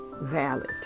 valid